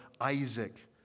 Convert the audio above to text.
Isaac